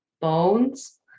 bones